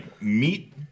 meat